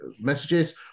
messages